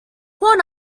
horn